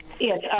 Yes